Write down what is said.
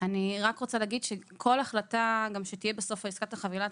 אני רק רוצה להגיד שכל החלטה שתהיה גם בסוף עסקת החבילה,